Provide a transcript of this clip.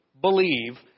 Believe